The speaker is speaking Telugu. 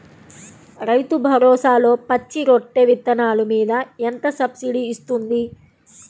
రైతు భరోసాలో పచ్చి రొట్టె విత్తనాలు మీద ఎంత సబ్సిడీ ఇస్తుంది?